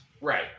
Right